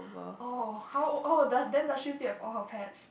orh how how then does she still have all her pets